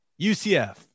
UCF